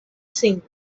singh